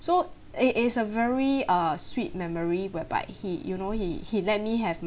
so it is a very a sweet memory whereby he you know he he let me have